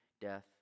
death